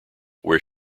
where